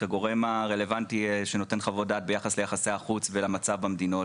כגורם הרלוונטי שנותן חוות דעת ביחס ליחסי החוץ ולמצב במדינות.